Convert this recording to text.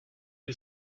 you